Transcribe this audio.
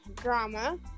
drama